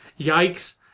yikes